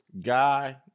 Guy